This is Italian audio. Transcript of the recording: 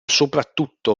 soprattutto